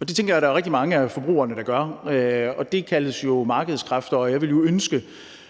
Og det tænker jeg at der er rigtig mange af forbrugerne der gør. Det kaldes jo markedskræfter, og jeg ville ønske,